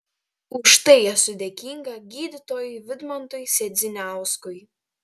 už tai esu dėkinga gydytojui vidmantui sedziniauskui